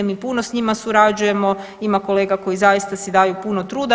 Mi puno s njima surađujemo, ima kolega koji zaista si daju puno truda.